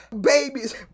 babies